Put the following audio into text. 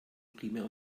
primär